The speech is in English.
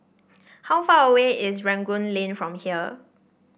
how far away is Rangoon Lane from here